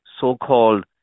so-called